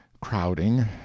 crowding